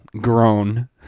grown